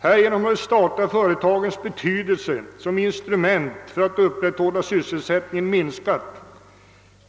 Härigenom har de statliga företagens betydelse som instrument för att upprätthålla sysselsättningen minskat.